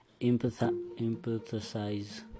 empathize